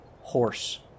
horse